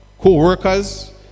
co-workers